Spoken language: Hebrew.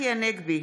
צחי הנגבי,